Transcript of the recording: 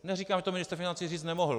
Neříkám, že to ministr financí říct nemohl.